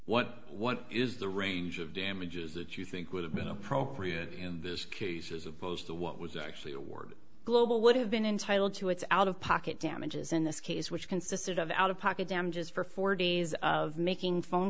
what what is the range of damages that you think would have been appropriate in this case as opposed to what was actually award global would have been entitled to its out of pocket damages in this case which consisted of out of pocket damages for four days of making phone